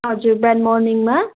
हजुर बिहान मर्निङमा